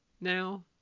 now